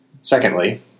Secondly